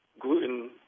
gluten